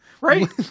right